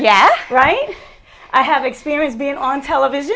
yeah right i have experienced being on television